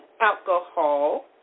alcohol